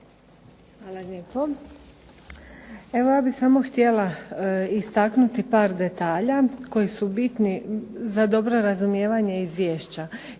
Hvala lijepo. Evo ja bih samo htjela istaknuti par detalja koji su bitni za dobro razumijevanje Izvješća.